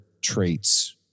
traits